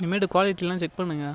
இனிமேட்டு குவாலிட்டிலாம் செக் பண்ணுங்கள்